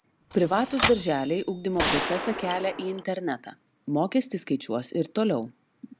privatūs darželiai ugdymo procesą kelia į internetą mokestį skaičiuos ir toliau